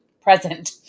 present